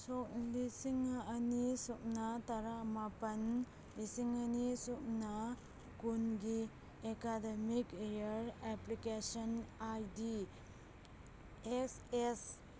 ꯁꯣꯛ ꯂꯤꯁꯤꯡ ꯑꯅꯤ ꯁꯨꯞꯅ ꯇꯔꯥꯃꯥꯄꯟ ꯂꯤꯁꯤꯡ ꯑꯅꯤꯁꯨꯞꯅ ꯀꯨꯟꯒꯤ academic year application I D S S